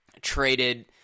traded